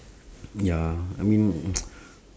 ya I mean